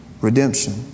redemption